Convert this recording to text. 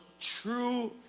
true